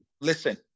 Listen